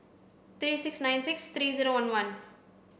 three six nine six three zero one one